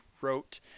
wrote